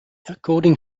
according